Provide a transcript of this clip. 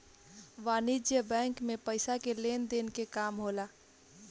वाणिज्यक बैंक मे पइसा के लेन देन के काम होला